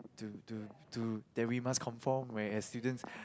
to to to that we must conform whereas students